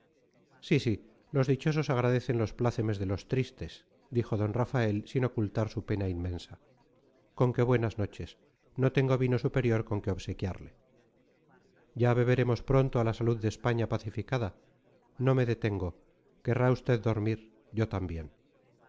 sí sí los dichosos agradecen los plácemes de los tristes dijo d rafael sin ocultar su pena inmensa con que buenas noches no tengo vino superior con que obsequiarle ya beberemos pronto a la salud de españa pacificada no me detengo querrá usted dormir yo también